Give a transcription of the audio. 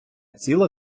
ціла